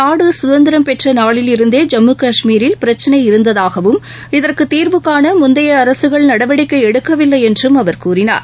நாடு சுதந்திரம் பெற்ற நாளில் இருந்தே ஜம்மு கஷ்மீரில் பிரக்சினை இருந்ததாகவும் இதற்கு தீர்வு காண முந்தைய அரசுகள் நடவடிக்கை எடுக்கவில்லை என்றும் அவர் கூறினார்